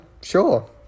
sure